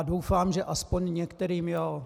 Doufám, že aspoň některým jo.